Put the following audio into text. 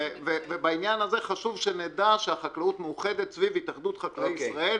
ובעניין הזה חשוב שנדע שהחקלאות מאוחדת סביב התאחדות חקלאי ישראל.